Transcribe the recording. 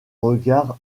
regard